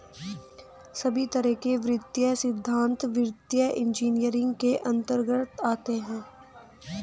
सभी तरह के वित्तीय सिद्धान्त वित्तीय इन्जीनियरिंग के अन्तर्गत आते हैं